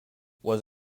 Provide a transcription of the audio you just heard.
was